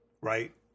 right